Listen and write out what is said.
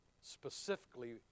specifically